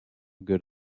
good